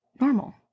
normal